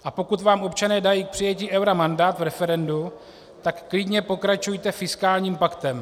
A pokud vám občané dají k přijetí eura mandát v referendu, tak klidně pokračujte fiskálním paktem.